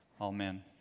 Amen